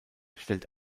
stellt